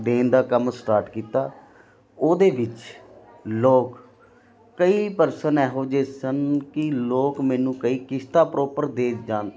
ਦੇਣ ਦਾ ਕੰਮ ਸਟਾਰਟ ਕੀਤਾ ਉਹਦੇ ਵਿੱਚ ਲੋਕ ਕਈ ਪਰਸਨ ਇਹੋ ਜਿਹੇ ਸਨ ਕਿ ਲੋਕ ਮੈਨੂੰ ਕਈ ਕਿਸ਼ਤਾਂ ਪ੍ਰੋਪਰ ਦੇ ਜਾਣ